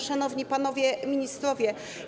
Szanowni Panowie Ministrowie!